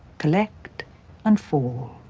collect and fall.